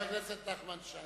חבר הכנסת נחמן שי,